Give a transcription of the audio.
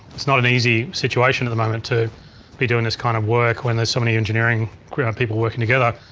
it's not an easy situation at the moment to be doing this kind of work, when there's so many engineering people working together.